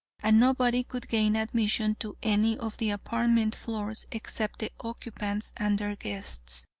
and nobody could gain admission to any of the apartment floors except the occupants and their guests.